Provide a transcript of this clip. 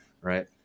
right